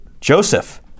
joseph